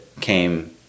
came